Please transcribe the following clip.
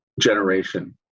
generation